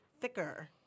thicker